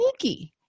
sneaky